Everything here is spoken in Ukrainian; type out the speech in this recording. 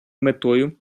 метою